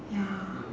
ya